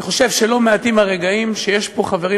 אני חושב שלא מעטים הרגעים שיש פה בבית הזה